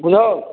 बुझल